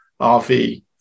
rv